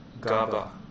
Gaba